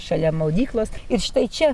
šalia maudyklos ir štai čia